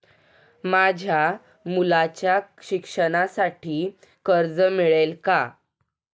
माझ्या मुलाच्या शिक्षणासाठी कर्ज मिळेल काय?